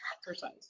exercise